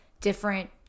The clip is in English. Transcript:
different